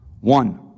One